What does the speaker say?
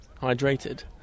hydrated